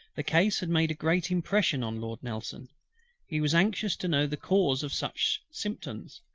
the case had made a great impression on lord nelson he was anxious to know the cause of such symptoms,